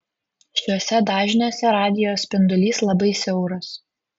šiuose dažniuose radijo spindulys labai siauras